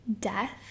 death